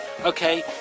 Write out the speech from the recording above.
Okay